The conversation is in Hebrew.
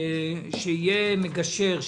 שיהיה מגשר,